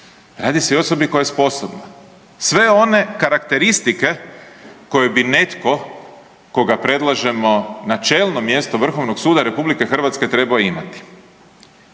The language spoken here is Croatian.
Radi se o osobi koja je sposobna. Sve one karakteristike koje bi netko koga predlažemo na čelno mjesto Vrhovnog suda RH trebao imati.